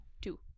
Two